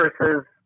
versus